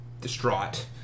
distraught